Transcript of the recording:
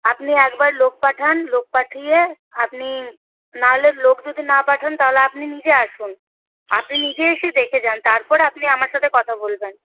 আপনি একবার লোক পাঠান লোক পাঠিয়ে আপনি না হলে লোক যদি না পাঠান তাহলে আপনি নিজে আসুন আপনি নিজে এসে দেখে যান তারপর আপনি আমার সাথে কথা বলবেন